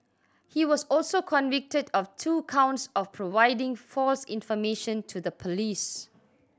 he was also convicted of two counts of providing false information to the police